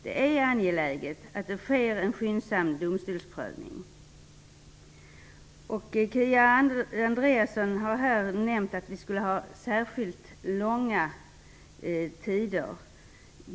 Det är angeläget att det sker en skyndsam domstolsprövning. Kia Andreasson har här nämnt att vi skulle ha särskilt långa tider.